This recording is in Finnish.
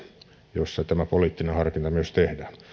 jossa tämä poliittinen harkinta myös tehdään